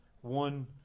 one